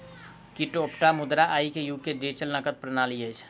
क्रिप्टोमुद्रा आई के युग के डिजिटल नकद प्रणाली अछि